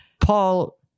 Paul